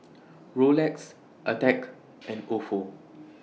Rolex Attack and Ofo